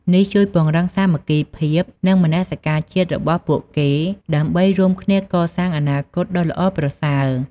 នេះជួយពង្រឹង សាមគ្គីភាព និង មនសិការជាតិ របស់ពួកគេ ដើម្បីរួមគ្នាកសាងអនាគតដ៏ល្អប្រសើរ។